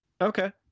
Okay